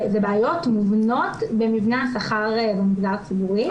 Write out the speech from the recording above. זה בעיות מובנות במבנה השכר במגזר הציבורי.